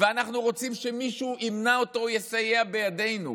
ואנחנו רוצים שמישהו ימנע אותו או יסייע בידינו,